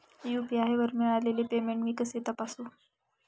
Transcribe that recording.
UPI वर मिळालेले payment मी कसे तपासू?